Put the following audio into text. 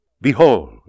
Behold